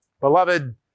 Beloved